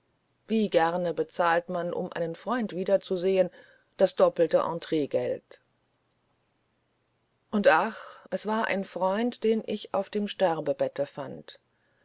wie gern bezahlt man um einen freund wiederzusehen das doppelte entreegeld und ach es war ein freund den ich auf dem sterbebette fand